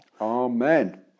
Amen